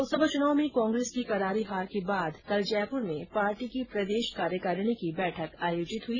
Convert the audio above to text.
लोकसभा चुनाव में कांग्रेस की करारी हार के बाद कल जयपुर में पार्टी की प्रदेष कार्यकारिणी की बैठक आयोजित हई